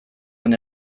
han